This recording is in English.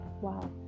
wow